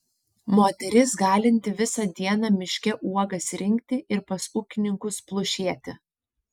moteris galinti visą dieną miške uogas rinkti ir pas ūkininkus plušėti